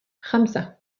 خمسة